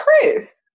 Chris